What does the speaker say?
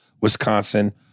Wisconsin